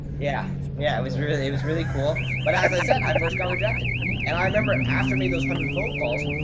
yeah. yeah, it was really, it was really cool. but as i said, i first got rejected and i remember after me, those a hundred phone calls,